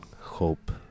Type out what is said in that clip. hope